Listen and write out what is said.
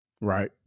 right